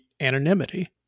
anonymity